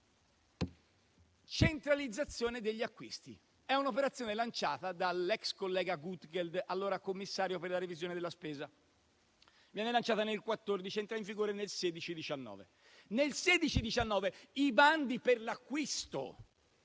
centralizzazione degli acquisti: è un'operazione lanciata dall'ex collega Gutgeld, allora commissario per la revisione della spesa. Viene lanciata nel 2014 ed entra in vigore nel 2016-2019. Nel 2016-2019 i bandi per l'acquisto